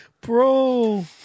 Bro